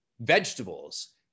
vegetables